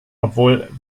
obwohl